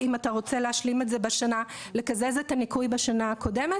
אם אתה רוצה לקזז את הניכוי בשנה הקודמת,